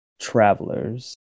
travelers